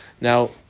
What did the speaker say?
now